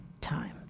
time